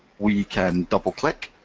we can double click